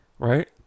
Right